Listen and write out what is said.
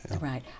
Right